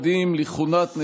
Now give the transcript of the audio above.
הכנסת,